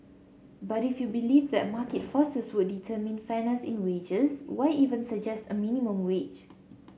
but if you believe that market forces would determine fairness in wages why even suggest a minimum wage